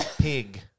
pig